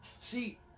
See